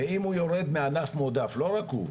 ואם הוא יורד מענף מועדף, ולא רק הוא.